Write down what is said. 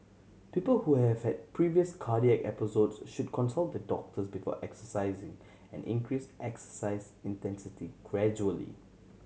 people who have had previous cardiac episodes should consult the doctors before exercising and increase exercise intensity gradually